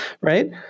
right